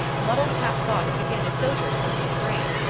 muddled half-thoughts began to filter through his brain.